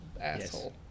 asshole